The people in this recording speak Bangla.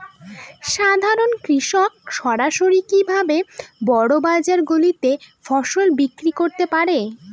সাধারন কৃষক সরাসরি কি ভাবে বড় বাজার গুলিতে ফসল বিক্রয় করতে পারে?